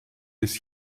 bis